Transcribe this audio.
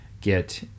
get